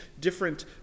different